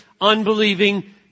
unbelieving